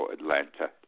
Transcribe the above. Atlanta